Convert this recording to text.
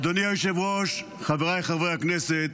אדוני היושב-ראש, חבריי חברי הכנסת,